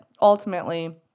ultimately